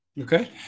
Okay